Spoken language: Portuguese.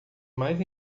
mais